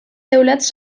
teulats